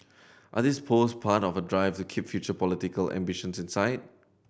are these post part of a drive to keep future political ambitions in sight